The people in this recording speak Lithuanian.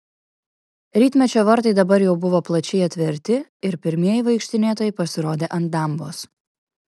rytmečio vartai dabar jau buvo plačiai atverti ir pirmieji vaikštinėtojai pasirodė ant dambos